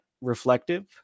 reflective